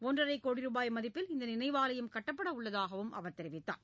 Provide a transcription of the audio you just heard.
ஒன்றரை கோடி ரூபாய் மதிப்பில் இந்த நினைவாலயம் கட்டப்படவுள்ளதாகவும் அவர் தெரிவித்தார்